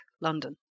London